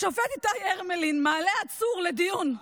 השופט איתי הרמלין מעלה עצור לדיון.